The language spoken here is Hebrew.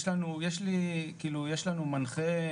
יש לנו מנחה,